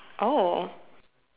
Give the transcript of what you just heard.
oh